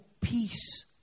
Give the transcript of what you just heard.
peace